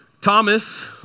Thomas